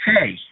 hey